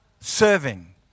serving